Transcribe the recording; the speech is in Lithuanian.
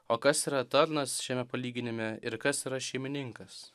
o kas yra tarnas šiame palyginime ir kas yra šeimininkas